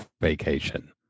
Vacation